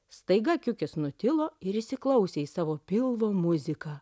staiga kiukis nutilo ir įsiklausė į savo pilvo muziką